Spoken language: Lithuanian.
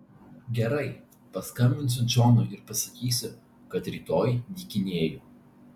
gerai paskambinsiu džonui ir pasakysiu kad rytoj dykinėju